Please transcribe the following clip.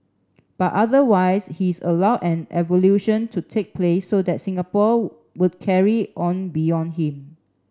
but otherwise his allowed an evolution to take place so that Singapore would carry on beyond him